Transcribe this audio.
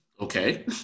Okay